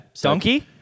Donkey